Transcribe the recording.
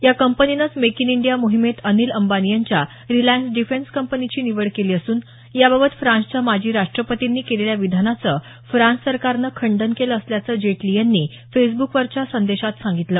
या कंपनीनंच make in India मोहिमेत अनिल अंबानी यांच्या रिलायन्स डिफेन्स कंपनीची निवड केली असून याबाबत फ्रान्सच्या माजी राष्ट्रपतींनी केलेल्या विधानाचं फ्रान्स सरकारनं खंडन केलं असल्याचं जेटली यांनी फेसब्रुकवरच्या संदेशात सांगितलं